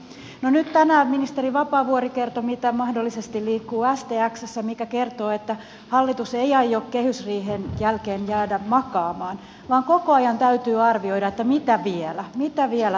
no nyt tänään ministeri vapaavuori kertoi mitä mahdollisesti liikkuu stxssä mikä kertoo että hallitus ei aio kehysriihen jälkeen jäädä makaamaan vaan koko ajan täytyy arvioida mitä vielä mitä vielä voisi tehdä